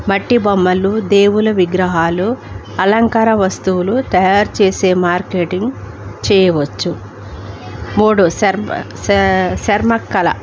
మట్టి బొమ్మలు దేవుళ్ళ విగ్రహాలు అలంకార వస్తువులు తయారు చేసే మార్కెటింగ్ చేయవచ్చు మూడు చర్మ కళ